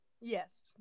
Yes